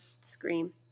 scream